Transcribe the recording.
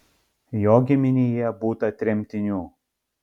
jo giminėje būta tremtinių